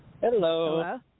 Hello